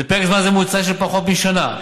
בפרק זמן ממוצע של פחות משנה,